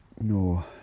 No